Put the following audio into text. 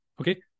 Okay